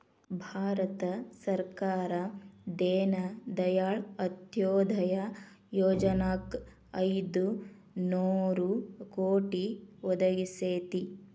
ಭಾರತ ಸರ್ಕಾರ ದೇನ ದಯಾಳ್ ಅಂತ್ಯೊದಯ ಯೊಜನಾಕ್ ಐದು ನೋರು ಕೋಟಿ ಒದಗಿಸೇತಿ